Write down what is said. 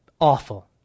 awful